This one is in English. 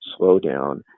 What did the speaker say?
slowdown